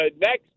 next